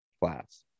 Class